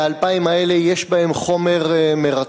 וה-2,000 האלה, יש בהם חומר מרתק.